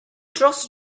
dros